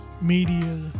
media